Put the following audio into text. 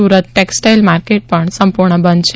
Surat textile market પણ સંપૂર્ણ બંધ છે